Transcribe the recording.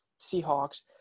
Seahawks